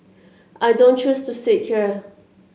I don't choose to sit here